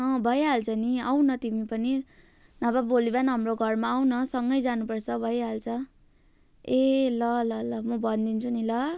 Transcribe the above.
अँ भइहाल्छ नि आउन तिमी पनि नभए भोलि बिहान हाम्रो घरमा आउन सँगै जानुपर्छ भइहाल्छ ए ल ल ल म भन्दिन्छु नि ल